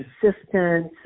consistent